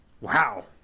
Wow